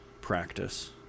practice